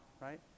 right